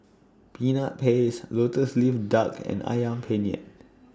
Peanut Paste Lotus Leaf Duck and Ayam Penyet